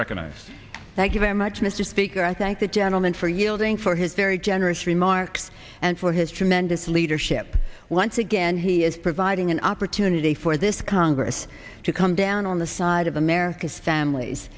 recognized thank you very much mr speaker i thank the gentleman for yielding for his very generous remarks and for his tremendous leadership once again he is providing an opportunity for this congress to come down on the side of america's families